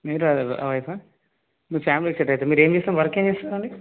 మీరు వైఫా మీ ఫ్యామిలీకి సెట్ అవుతుంది మీరు ఏమి చేస్తున్నారు వర్క్ ఏమి చేస్తారండి